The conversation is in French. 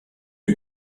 une